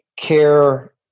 care